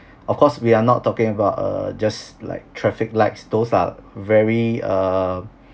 of course we are not talking about err just like traffic lights those are very err